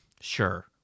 Sure